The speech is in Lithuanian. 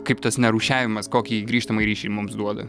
kaip tas nerūšiavimas kokį grįžtamąjį ryšį mums duoda